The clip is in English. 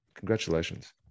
Congratulations